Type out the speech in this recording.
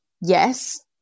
Yes